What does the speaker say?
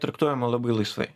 traktuojama labai laisvai